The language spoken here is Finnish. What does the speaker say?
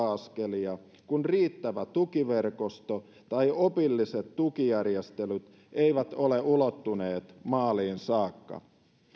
askelia kun riittävä tukiverkosto tai opilliset tukijärjestelyt eivät ole ulottuneet maaliin saakka